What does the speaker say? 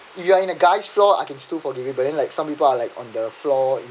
you are in a guy's floor I can still forgive you but then like some people are like on the floor